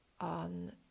on